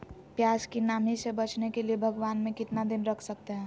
प्यास की नामी से बचने के लिए भगवान में कितना दिन रख सकते हैं?